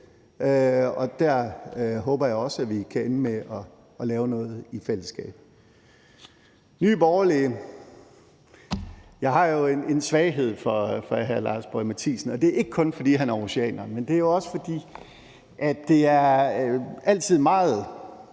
og der håber jeg også, at vi kan ende med at lave noget i fællesskab. Kl. 17:05 Nye Borgerlige: Jeg har jo en svaghed for hr. Lars Boje Mathiesen, og det er ikke kun, fordi han er aarhusianer, men det er også, fordi det altid er meget